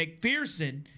McPherson